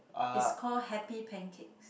is call Happy Pancakes